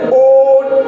old